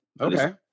Okay